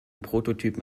prototypen